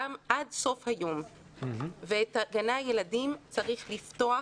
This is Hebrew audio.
עד סוף היום, ואת גני הילדים צריך לפתוח